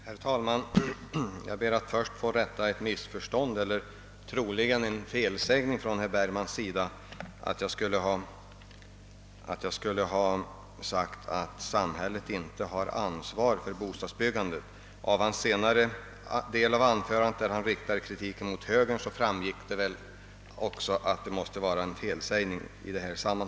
Herr talman! Jag ber först att få rätta ett uttalande som förmodligen var en felsägning av herr Bergman. Han sade att jag hade påstått att samhället inte har ansvar för bostadsbyggandet. Av den senare delen av hans anförande, där han riktade kritik mot högerpartiet, framgick att det måste ha varit en felsägning.